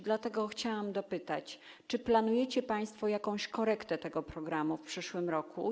Dlatego chciałam dopytać: Czy planujecie państwo jakąś korektę tego programu w przyszłym roku?